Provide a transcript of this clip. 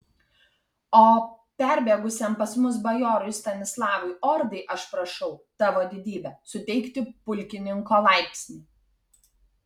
o perbėgusiam pas mus bajorui stanislovui ordai aš prašau tavo didybe suteikti pulkininko laipsnį